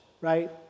right